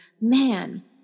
man